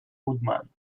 woodman